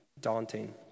daunting